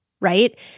right